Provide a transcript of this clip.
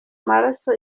maraso